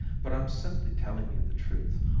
but i'm simply telling you the truth.